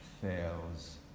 fails